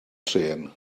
trên